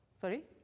Sorry